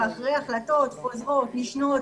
אחרי החלטות חוזרות ונשנות,